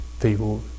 people